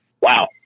Wow